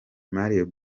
mario